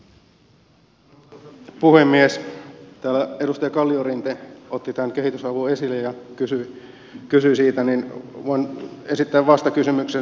kun täällä edustaja kalliorinne otti tämän kehitysavun esille ja kysyi siitä niin voin esittää vastakysymyksen